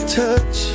touch